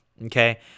Okay